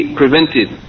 prevented